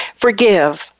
forgive